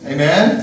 Amen